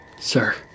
sir